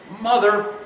Mother